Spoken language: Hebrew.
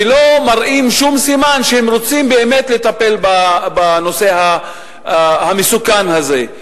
ולא מראות שום סימן שהן רוצות באמת לטפל בנושא המסוכן הזה.